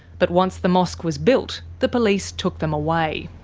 but once the mosque was built, the police took them away.